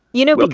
you know well,